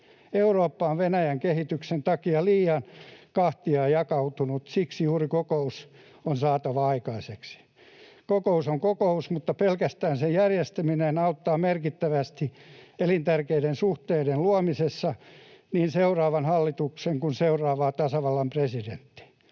Eurooppa on Venäjän kehityksen takia liian kahtiajakautunut, ja juuri siksi kokous on saatava aikaiseksi. Kokous on kokous, mutta pelkästään sen järjestäminen auttaa merkittävästi elintärkeiden suhteiden luomisessa niin seuraavaa hallitusta kuin seuraavaa tasavallan presidenttiä.